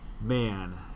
man